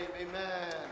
amen